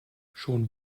schon